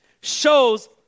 shows